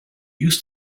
used